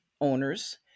owners